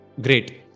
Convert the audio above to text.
great